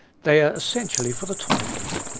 they are essentially for the twilight,